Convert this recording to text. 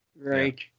Right